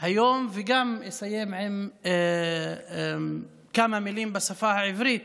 גם היום וגם לסיים בכמה מילים בשפה העברית.